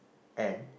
and